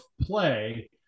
play